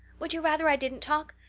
would you rather i didn't talk?